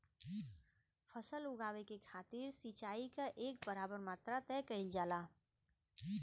फसल उगावे के खातिर सिचाई क एक बराबर मात्रा तय कइल जाला